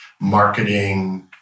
marketing